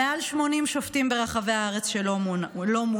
מעל 80 שופטים ברחבי הארץ לא מונו,